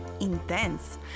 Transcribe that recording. intense